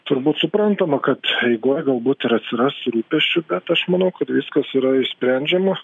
turbūt suprantama kad eigoj galbūt ir atsiras rūpesčių bet aš manau kad viskas yra išsprendžiama